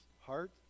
heart